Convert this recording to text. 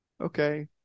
okay